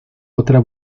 otra